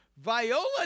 Viola